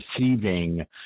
receiving